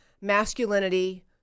masculinity